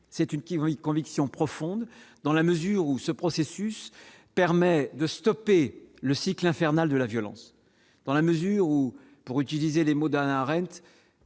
qui vont conviction profonde dans la mesure où ce processus permet de stopper le cycle infernal de la violence dans la mesure où pour utiliser les mots d'Arendt